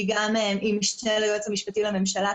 שהיא המשנה ליועץ המשפטי לממשלה,